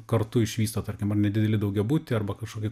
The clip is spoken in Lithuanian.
kartu išvysto tarkim ar nedidelį daugiabutį arba kažkokį